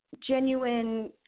genuine